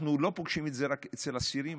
אנחנו לא פוגשים את זה רק אצל אסירים,